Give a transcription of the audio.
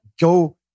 go